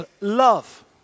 love